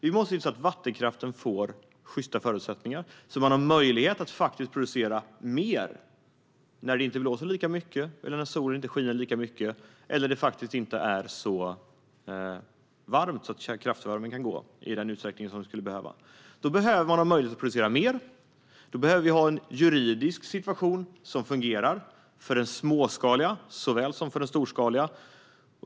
Vi måste se till att vattenkraften får sjysta förutsättningar, så att man har möjlighet att producera mer när det inte blåser lika mycket, när solen inte skiner lika mycket eller när det inte är så varmt att kraftvärmen kan användas i den utsträckning som skulle behövas. Då behöver man ha en möjlighet att producera mer. Då behöver vi ha en juridisk situation som fungerar för såväl de småskaliga som de storskaliga.